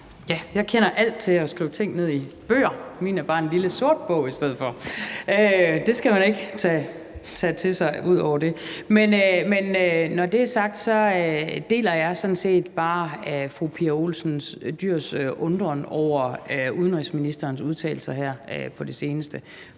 jeg kender alt til at skrive ting ned i bøger. Min er bare en lille sort bog i stedet for. Det skal man ikke lægge noget i ud over det. Men når det er sagt, deler jeg sådan set bare fru Pia Olsen Dyhrs undren over udenrigsministerens udtalelser her på det seneste.